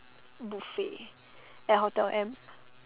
buffet at hotel M